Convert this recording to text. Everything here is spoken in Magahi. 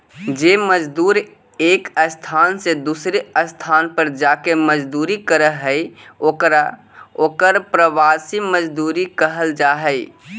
जे मजदूर एक स्थान से दूसर स्थान पर जाके मजदूरी करऽ हई ओकर प्रवासी मजदूर कहल जा हई